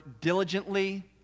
diligently